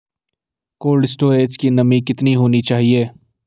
Cold storage की नमी कितनी होनी चाहिए?